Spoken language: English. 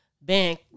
bank